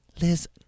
Liz